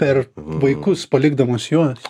per vaikus palikdamas juos